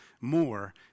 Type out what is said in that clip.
more